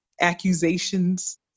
accusations